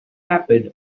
happen